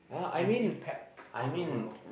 an impact on the world